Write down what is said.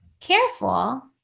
careful